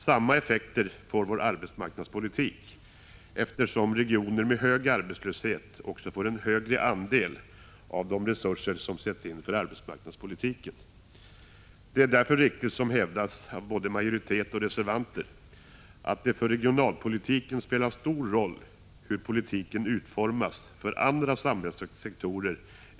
Samma effekter ger vår arbetsmarknadspolitik, eftersom regioner med hög arbetslöshet också får en högre andel av de resurser som sätts in för arbetsmarknadspolitiken. Det är därför riktigt, som hävdas av både majoritet och reservanter, att det för regionalpolitiken spelar stor roll hur politiken utformas på andra samhällssektorer.